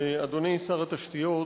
אדוני שר התשתיות,